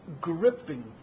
gripping